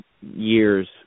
years